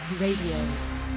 Radio